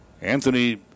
Anthony